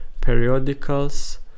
periodicals